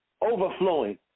Overflowing